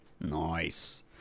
nice